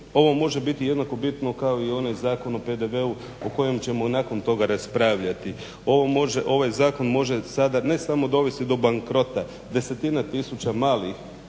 Ovo može biti jednako bitno kao i onaj Zakon o PDV-u o kojem ćemo nakon toga raspravljati. Ovaj zakon može sada ne samo dovesti do bankrota, desetina tisuća malih